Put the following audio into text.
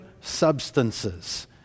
substances